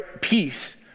peace